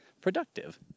productive